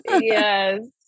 Yes